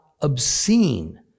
obscene